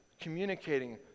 communicating